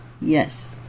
Yes